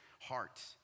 heart